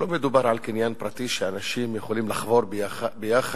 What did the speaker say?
לא מדובר על קניין פרטי שאנשים יכולים לחבור יחד